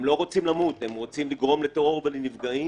הם לא רוצים למות, הם רוצים לגרום לטרור ולנפגעים.